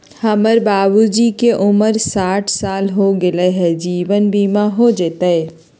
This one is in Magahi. हमर बाबूजी के उमर साठ साल हो गैलई ह, जीवन बीमा हो जैतई?